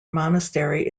monastery